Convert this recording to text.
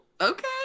okay